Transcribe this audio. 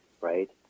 right